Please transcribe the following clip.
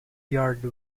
yard